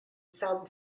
some